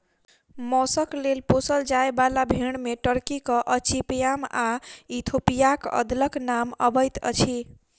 मौसक लेल पोसल जाय बाला भेंड़ मे टर्कीक अचिपयाम आ इथोपियाक अदलक नाम अबैत अछि